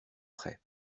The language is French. près